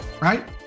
right